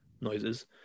noises